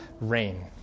rain